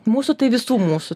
mūsų tai visų mūsų